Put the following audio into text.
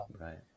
right